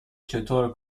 چطور